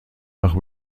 nach